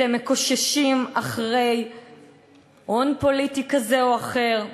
אתם מקוששים הון פוליטי כזה או אחר,